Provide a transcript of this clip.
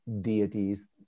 deities